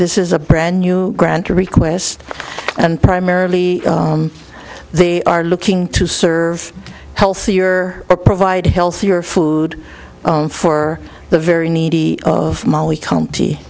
this is a brand new grant to request and primarily they are looking to serve healthier provide healthier food for the very needy of molly county